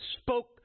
Spoke